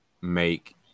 make